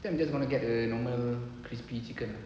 think I want get the normal crispy chicken